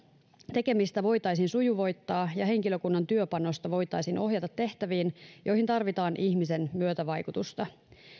tekemistä voitaisiin sujuvoittaa ja henkilökunnan työpanosta voitaisiin ohjata tehtäviin joihin tarvitaan ihmisen myötävaikutusta